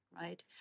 right